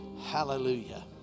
hallelujah